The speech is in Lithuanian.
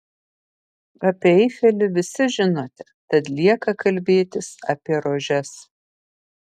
apie eifelį visi žinote tad lieka kalbėtis apie rožes